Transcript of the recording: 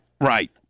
Right